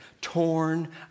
torn